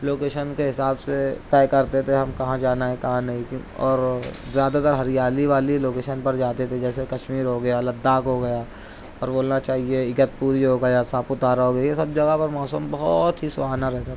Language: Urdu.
لوکیشن کے حساب سے طے کرتے تھے ہم کہاں جانا ہے کہاں نہیں اور زیادہ تر ہریالی والی لوکیشن پر جاتے تھے جیسے کشمیر ہوگیا لداخ ہوگیا اور بولنا چاہیے اگتپور جو ہو گیا ساپوتارہ ہوگیا یہ سب جگہ پر موسم بہت ہی سہانا رہتا تھا